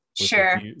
sure